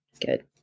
Good